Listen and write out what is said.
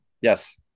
Yes